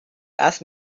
asked